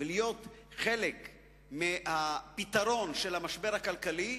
ולהיות חלק מהפתרון של המשבר הכלכלי,